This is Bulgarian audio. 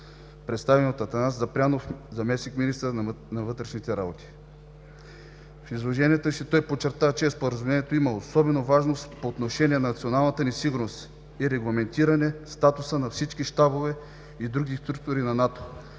представени от Атанас Запрянов – заместник-министър на отбраната. В изложението си той подчерта, че Споразумението има особена важност по отношение на националната ни сигурност и регламентиране статуса на всички щабове и други структури на НАТО,